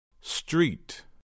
Street